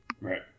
Right